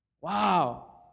Wow